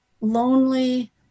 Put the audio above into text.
lonely